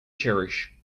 cherish